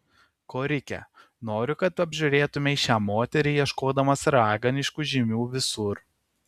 korike noriu kad apžiūrėtumei šią moterį ieškodamas raganiškų žymių visur